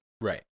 Right